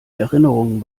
erinnerungen